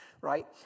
Right